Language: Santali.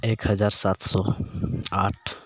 ᱮᱹᱠ ᱦᱟᱡᱟᱨ ᱥᱟᱛ ᱥᱚ ᱟᱴ